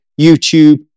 YouTube